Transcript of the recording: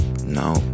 no